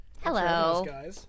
Hello